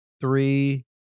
Three